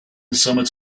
summits